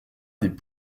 des